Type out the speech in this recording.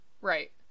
right